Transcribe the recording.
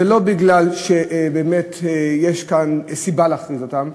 ולא כי באמת יש כאן סיבה להכריז אותן.